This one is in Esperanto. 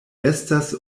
estas